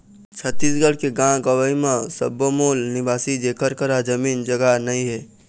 छत्तीसगढ़ के गाँव गंवई म सब्बो मूल निवासी जेखर करा जमीन जघा नइ हे